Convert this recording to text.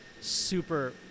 super